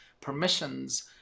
permissions